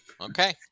Okay